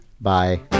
Bye